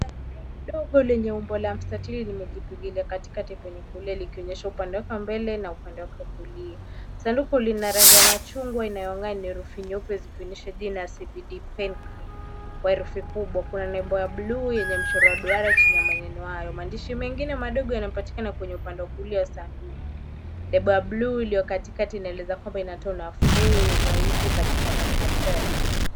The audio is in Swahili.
Sanduku dogo lenye umbo la mstatili limejipigilia katikati kwenye kulia likionyeshwa upande wake wa mbele na upande wake wa kulia. Sanduku lina rangi ya machungwa inayong'aa, ina herufi nyeupe zikionyesha jina CBD Pain Cream kwa herufi kubwa. Kuna nembo ya bluu yenye mchoro wa duara chini ya maneno hayo. Maandishi mengine madogo yanapatikana kwenye upande wa kulia wa sanduku. Lebo ya bluu iliyo katikati inaeleza kwamba inatoa nafuu wa maumivu katika dakika chache.